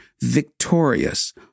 victorious